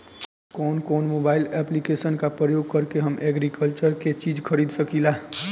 कउन कउन mobile application का प्रयोग करके हम एग्रीकल्चर के चिज खरीद सकिला?